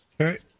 okay